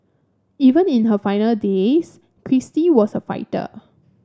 even in her final days Kristie was a fighter